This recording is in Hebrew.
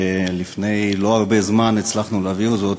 ולפני לא הרבה זמן הצלחנו להעביר זאת,